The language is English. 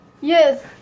Yes